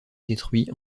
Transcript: détruit